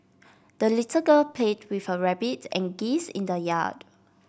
the little girl played with her rabbit and geese in the yard